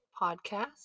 Podcast